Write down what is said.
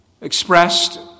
expressed